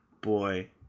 Boy